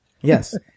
Yes